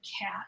cat